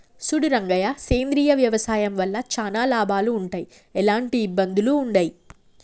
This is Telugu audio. సూడు రంగయ్య సేంద్రియ వ్యవసాయం వల్ల చానా లాభాలు వుంటయ్, ఎలాంటి ఇబ్బందులూ వుండయి